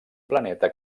planeta